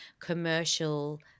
commercial